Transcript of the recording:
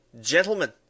gentlemen